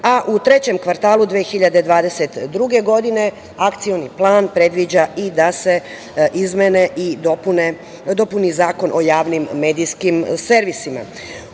a u trećem kvartalu 2022. godine, akcioni plan predviđa da se izmene i dopune, dopuni Zakon o javnim medijskim servisima.U